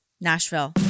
Nashville